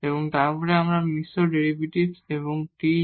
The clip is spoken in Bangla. এবং তারপর এখানে মিশ্র ডেরিভেটিভ এবং t আছে